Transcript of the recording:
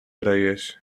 areias